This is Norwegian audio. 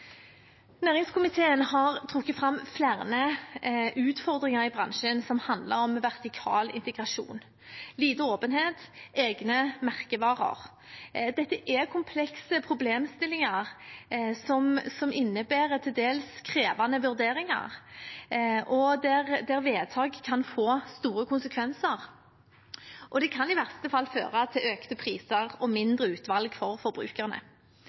Næringskomiteen har trukket fram flere utfordringer i bransjen; disse handler om vertikal integrasjon, lite åpenhet, egne merkevarer. Dette er komplekse problemstillinger som innebærer til dels krevende vurderinger, og der vedtak kan få store konsekvenser. Det kan i verste fall føre til økte priser og mindre utvalg for forbrukerne.